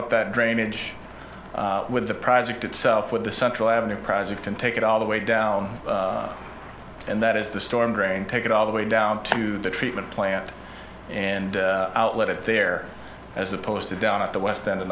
up that drainage with the project itself with the central avenue project and take it all the way down and that is the storm drain take it all the way down to the treatment plant and outlet it there as opposed to down at the west end